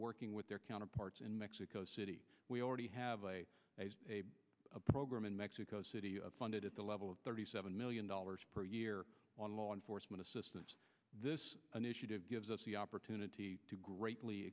working with their counterparts in mexico city we already have a program in mexico city funded at the level of thirty seven million dollars per year on law enforcement assistance this initiative gives us the opportunity to greatly